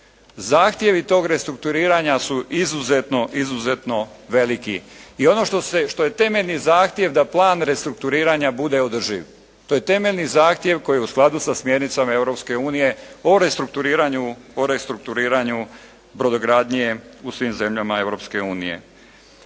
zahtjevi tog restrukturiranja su izuzetno veliki i ono što se, što je temeljni zahtjev da plan restrukturiranja bude održiv. To je temeljni zahtjev koji je u skladu sa smjernicama Europske unije o restrukturiranju brodogradnje u svim zemljama